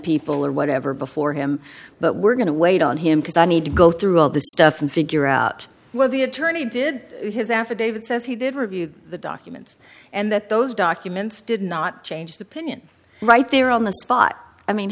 people or whatever before him but we're going to wait on him because i need to go through all this stuff and figure out what the attorney did his affidavit says he did review the documents and that those documents did not change the pinion right there on the spot i mean